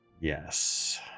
yes